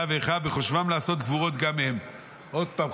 ואחיו בחושבם לעשות גבורות גם הם" עוד פעם,